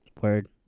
Word